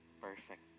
perfect